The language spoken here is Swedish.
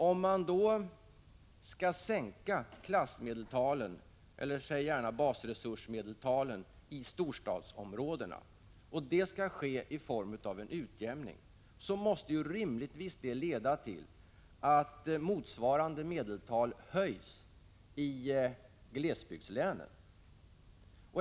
Om man då skall sänka klassmedeltalen, eller basresursmedeltalen, i storstadsområdena i form av en utjämning måste det rimligtvis leda till att motsvarande medeltal höjs i glesbygdslänen.